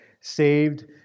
saved